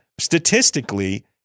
Statistically